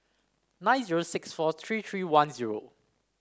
nine zero six four three three one zero